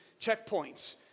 checkpoints